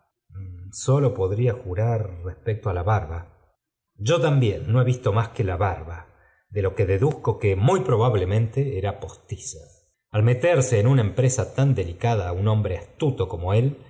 sólo podría jurar respecto á la barba yo también no he visto más que la barba de lo que deduzco que muy probablemente era r v postiza al meterse en una empresa tan delicada un hombre astuto como él